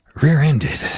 rear-ended.